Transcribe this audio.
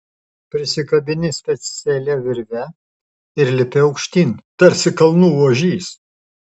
prisikabini specialia virve ir lipi aukštyn tarsi kalnų ožys